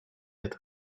это